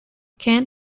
kant